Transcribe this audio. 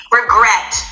regret